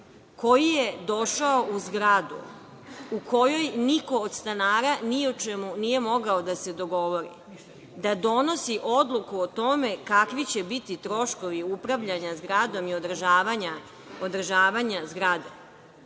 koji je došao u zgradu u kojoj niko od stanara ni o čemu nije mogao da se dogovori, da donosi odluku o tome kakvi će biti troškovi upravljanja zgradom i održavanje zgrade?